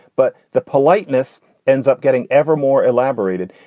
but the politeness ends up getting ever more elaborated.